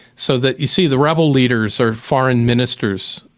so that you see the rebel leaders are foreign ministers,